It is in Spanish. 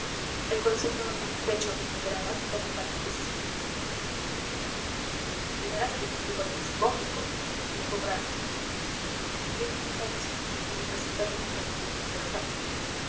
el corazón me baila en el pecho amigo bragas cuando tales cosas pienso de veras te digo que pareces cómico dijo bragas riendo qué bien sabes fingir y representar una cosa que no es verdad